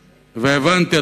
והבנתי,